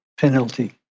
penalty